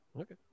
Okay